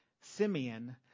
Simeon